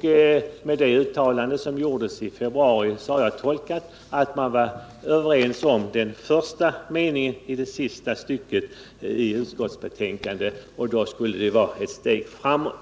till våren. Det uttalande som gjordes i skatteutskottet i februari har jag tolkat så, att man varit överens om den första meningen i det sista stycket i utskottsbetänkandet. Detta skulle innebära ett steg framåt.